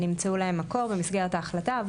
שנמצא להם מקור במסגרת ההחלטה.